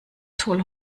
toll